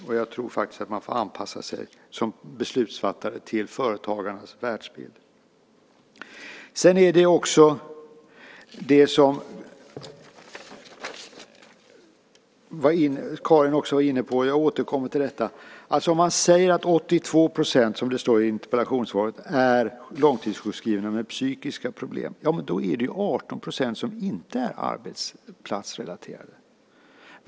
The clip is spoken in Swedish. Och jag tror att man som beslutsfattare får anpassa sig till företagarnas världsbild. Jag återkommer till det som också Karin var inne på. Om man säger att 82 %, som det står i interpellationssvaret, är långtidssjukskrivna med psykiska problem, så är det ju 18 % som inte är arbetsplatsrelaterade.